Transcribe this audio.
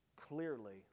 clearly